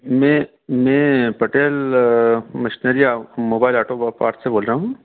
मैं मैं Patel missionary mobile auto व पार्ट से बोल रहा हूँ